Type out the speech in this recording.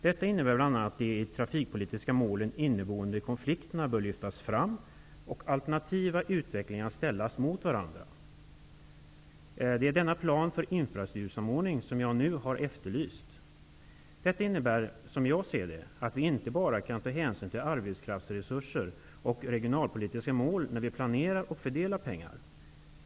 Detta innebär bl.a. att de i de trafikpolitiska målen inneboende konflikterna bör lyftas fram och att alternativa utvecklingar bör ställas mot varandra. Det är denna plan för infrastruktursamordning som jag nu har efterlyst. Detta innebär, som jag ser det, att vi inte bara kan ta hänsyn till arbetskraftsresurser och regionalpolitiska mål när vi planerar och fördelar pengar.